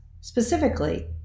Specifically